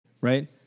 right